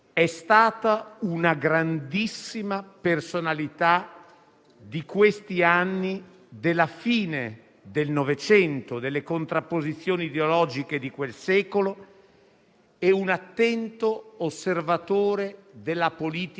Le sue odierne parole, signor Presidente del Senato, sono state la testimonianza migliore di quello che tutti noi pensiamo di Emanuele Macaluso. Mi consenta di aggiungere